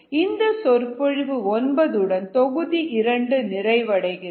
இந்து சொற்பொழிவு 9 உடன் தொகுதி 2 நிறைவடைகிறது